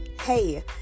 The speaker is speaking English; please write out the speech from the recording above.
hey